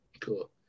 Cool